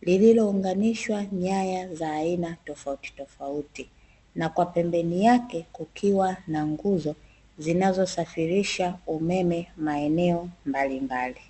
lililounganishwa nyaya za aina tofauti tofauti na kwa pembeni yake kukiwa na nguzo zinazosafirisha umeme maeneo mbalimbali.